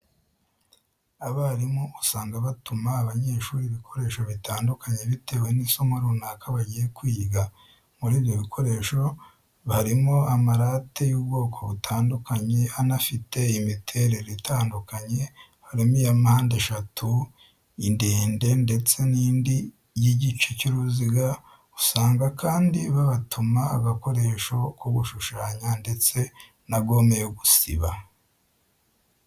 Abarimu usanga batuma abanyeshuri ibikoresho bitandukanye bitewe n'isomo runaka bagiye kwiga, muri ibyo bikoresho barimo ama late y'ubwoko butandukanye anafite imiterere itandukanye, harimo iya mpande eshatu, indende, ndetse nindi y'igice cy'uruziga, usanga kandi babatuma agakoresho ko gushushanya ndetse na gome yo gusiba.